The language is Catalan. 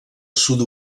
sud